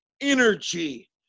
energy